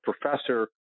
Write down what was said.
professor